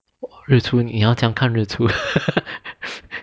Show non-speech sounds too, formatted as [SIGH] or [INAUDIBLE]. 哇日出你要怎样看日出 [LAUGHS]